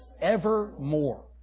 evermore